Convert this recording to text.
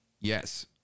Yes